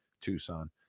Tucson